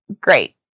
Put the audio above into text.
great